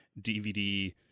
dvd